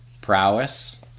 prowess